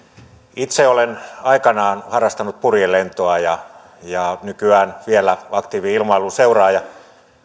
itse olen aikanaan harrastanut purjelentoa ja ja nykyään olen vielä aktiivinen ilmailun seuraaja